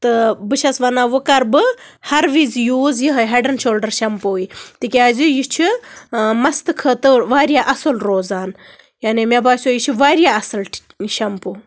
تہٕ بہٕ چھَس وَنان وۄنۍ کرٕ بہٕ ہر وِزِ یوٗز یِہوے ہیڈ اینڈ شولڈر شیمپوٗوَے تِکیازِ یہِ چھُ مستہٕ خٲطرٕ واریاہ اَصٕل روزان یعنی مےٚ باسیو یہِ چھُ واریاہ اَصٕل شیمپوٗ